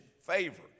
favor